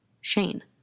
Shane